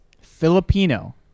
Filipino